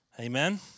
Amen